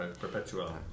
perpetual